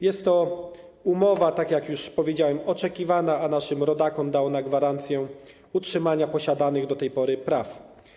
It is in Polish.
Jest to umowa, tak jak już powiedziałem, oczekiwana, a naszym rodakom da ona gwarancję utrzymania posiadanych do tej pory praw.